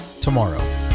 tomorrow